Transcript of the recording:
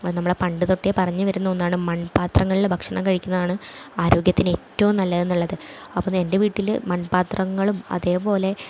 ഇപ്പം നമ്മൾ പണ്ട് തൊട്ടേ പറഞ്ഞുവരുന്ന ഒന്നാണ് മൺപാത്രങ്ങൾ ഭക്ഷണം കഴിക്കുന്നതാണ് ആരോഗ്യത്തിന് ഏറ്റവും നല്ലത് എന്നുള്ളത് അപ്പോൾ എൻ്റെ വീട്ടിൽ മൺപാത്രങ്ങളും അതേപോലെ